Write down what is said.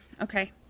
Okay